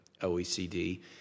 OECD